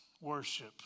worship